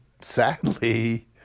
sadly